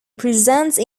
presence